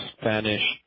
Spanish